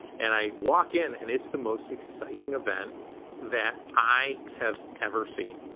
and i walk in, and it's the most exciting event that i have ever seen.